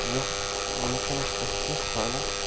یَتھ وٕنۍکٮ۪نَس چھِ تَتھ تِژھ حالَت